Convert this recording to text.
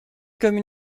comme